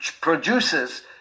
produces